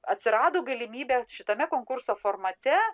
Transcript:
atsirado galimybė šitame konkurso formate